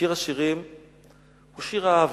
שיר השירים הוא שיר אהבה.